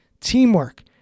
teamwork